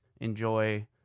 enjoy